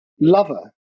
lover